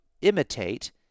imitate